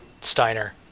Steiner